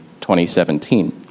2017